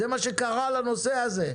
זה מה שקרה לנושא הזה.